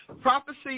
Prophecy